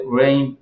rain